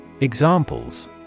Examples